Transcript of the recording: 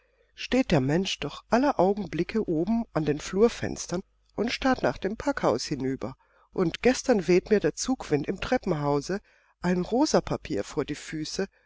steht der mensch doch aller augenblicke oben an den flurfenstern und starrt nach dem packhaus hinüber und gestern weht mir der zugwind im treppenhause ein rosapapier vor die füße